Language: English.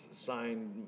signed